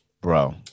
Bro